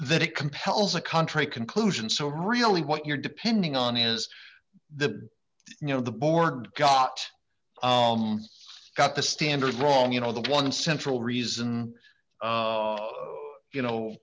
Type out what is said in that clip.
that it compels a country conclusion so really what you're depending on is that you know the board got got the standard wrong you know the one central reason you know